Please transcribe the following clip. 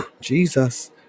Jesus